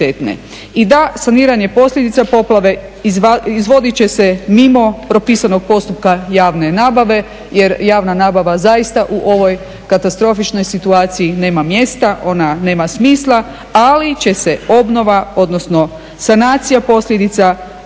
I da, saniranje posljedica poplave izvodit će se mimo propisanog postupka javne nabave jer javna nabava zaista u ovoj katastrofičnoj situaciji nema mjesta, ona nema smisla. Ali će se obnova, odnosno sanacija posljedica izvoditi